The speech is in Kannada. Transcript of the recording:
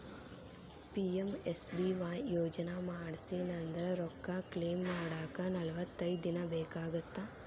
ಪಿ.ಎಂ.ಎಸ್.ಬಿ.ವಾಯ್ ಯೋಜನಾ ಮಾಡ್ಸಿನಂದ್ರ ರೊಕ್ಕ ಕ್ಲೇಮ್ ಮಾಡಾಕ ನಲವತ್ತೈದ್ ದಿನ ಬೇಕಾಗತ್ತಾ